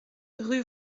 rue